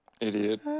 Idiot